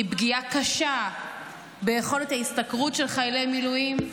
היא פגיעה קשה ביכולת ההשתכרות של חיילי המילואים,